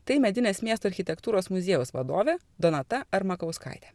tai medinės miesto architektūros muziejaus vadovė donata ar armakauskaitė